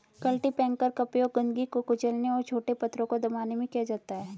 cultipacker का उपयोग गंदगी को कुचलने और छोटे पत्थरों को दबाने में किया जाता है